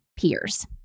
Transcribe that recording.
peers